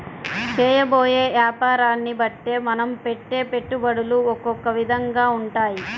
చేయబోయే యాపారాన్ని బట్టే మనం పెట్టే పెట్టుబడులు ఒకొక్క విధంగా ఉంటాయి